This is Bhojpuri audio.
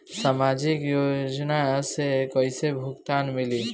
सामाजिक योजना से कइसे भुगतान मिली?